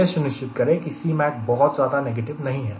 यह सुनिश्चित करें कि Cmac बहुत ज्यादा नेगेटिव नहीं है